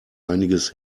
einiges